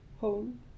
home